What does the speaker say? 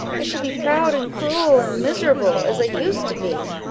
i should be proud and cruel and miserable, as i used to be.